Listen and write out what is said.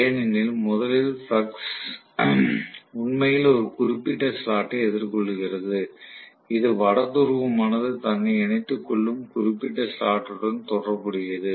ஏனெனில் முதலில் ஃப்ளக்ஸ் உண்மையில் ஒரு குறிப்பிட்ட ஸ்லாட்டை எதிர்கொள்கிறது இது வட துருவமானது தன்னை இணைத்துக் கொள்ளும் குறிப்பிட்ட ஸ்லாட்டுடன் தொடர்புடையது